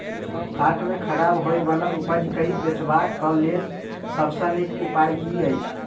हाट मे खराब होय बला उपज केँ बेचबाक क लेल सबसँ नीक उपाय की अछि?